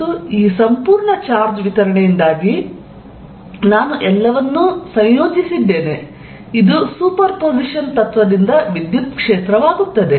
ಮತ್ತು ಈ ಸಂಪೂರ್ಣ ಚಾರ್ಜ್ ವಿತರಣೆಯಿಂದಾಗಿ ನಾನು ಎಲ್ಲವನ್ನೂ ಸಂಯೋಜಿಸಿದ್ದೇನೆ ಇದು ಸೂಪರ್ ಪೊಸಿಷನ್ ತತ್ತ್ವದಿಂದ ವಿದ್ಯುತ್ ಕ್ಷೇತ್ರವಾಗುತ್ತದೆ